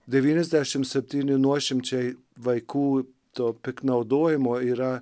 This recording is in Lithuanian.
devyniasdešimt septyni nuošimčiai vaikų to piktnaudojimo yra